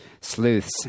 sleuths